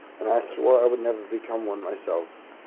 and i swore i would never become one myself.